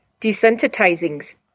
desensitizing